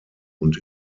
und